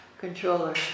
controller